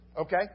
Okay